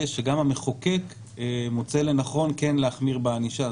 שגם המחוקק מוצא לנכון כן להחמיר בענישה.